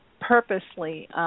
purposely